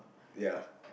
ya